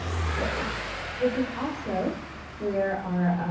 so this is also where our,